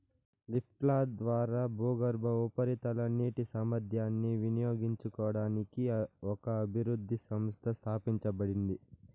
లిఫ్ట్ల ద్వారా భూగర్భ, ఉపరితల నీటి సామర్థ్యాన్ని వినియోగించుకోవడానికి ఒక అభివృద్ధి సంస్థ స్థాపించబడింది